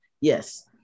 Yes